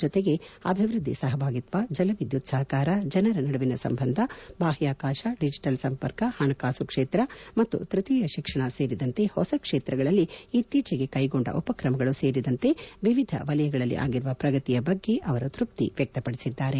ಜತೆಗೆ ಅಭಿವ್ವದ್ಲಿ ಸಹಭಾಗಿತ್ಸ ಜಲವಿದ್ಯುತ್ ಸಹಕಾರ ಜನರ ನಡುವಿನ ಸಂಬಂಧ ಬಾಹ್ಯಾಕಾಶ ಡಿಜಟಲ್ ಸಂಪರ್ಕ ಹಣಕಾಸು ಕ್ಷೇತ್ರ ಮತ್ತು ತ್ಪತೀಯ ಶಿಕ್ಷಣ ಸೇರಿದಂತೆ ಹೊಸ ಕ್ಷೇತ್ರಗಳಲ್ಲಿ ಇತ್ತೀಚೆಗೆ ಕೈಗೊಂಡ ಉಪಕ್ರಮಗಳು ಸೇರಿದಂತೆ ವಿವಿಧ ವಲಯಗಳಲ್ಲಿ ಆಗಿರುವ ಪ್ರಗತಿ ಬಗ್ಗೆ ಉಭಯ ನಾಯಕರು ತೃಪ್ತಿವ್ಯಕ್ತಪದಿಸಿದ್ದಾರೆ